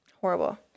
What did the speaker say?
Horrible